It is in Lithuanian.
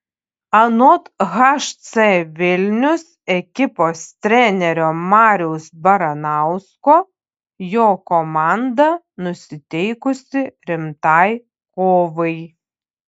anot hc vilnius ekipos trenerio mariaus baranausko jo komanda nusiteikusi rimtai kovai